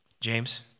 James